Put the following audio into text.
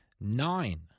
Nine